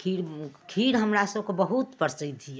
खीर खीर हमरा सबके बहुत प्रसिद्ध यऽ